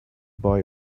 buy